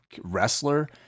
wrestler